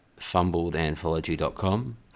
fumbledanthology.com